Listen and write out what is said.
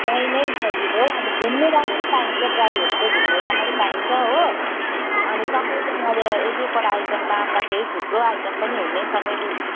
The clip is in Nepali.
ड्राइ नै सजिलो अब घुम्नु राम्ररी पाइन्छ ड्राइ हो भने चाहिँ घुम्नु राम्ररी पाइन्छ हो अनि सबैजनाले एक एकवटा आइटम बाँड्दाखेरि थुप्रो आइटम पनि हुने सबैले